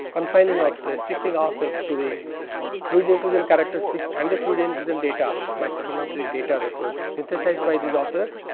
confining or restricting ourselves to the fluid inclusion characteristics and the fluid inclusion data micro thermometric data that was synthesized by these authors.